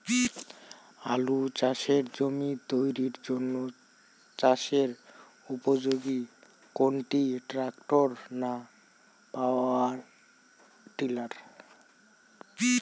আলু চাষের জমি তৈরির জন্য চাষের উপযোগী কোনটি ট্রাক্টর না পাওয়ার টিলার?